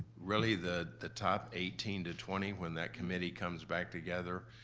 really the the top eighteen to twenty, when that committee comes back together,